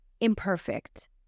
imperfect